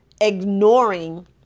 ignoring